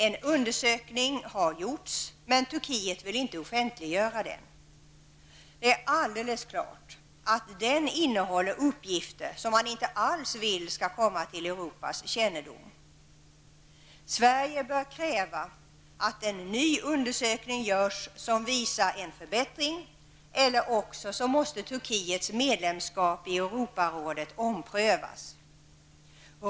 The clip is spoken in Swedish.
En undersökning har gjorts men Turkiet vill inte offentliggöra den. Det är alldeles klart att den innehåller uppgifter som man inte alls vill skall komma till Europas kännedom. Sverige bör kräva att en ny undersökning görs som visar en förbättring, eller också måste Turkiets medlemskap i Europarådet omprövas.